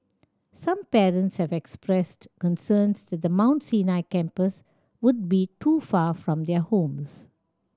some parents have expressed concerns that the Mount Sinai campus would be too far from their homes